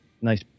nice